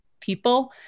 people